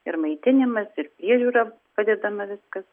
ir maitinimas ir priežiūra padedama viskas